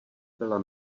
byla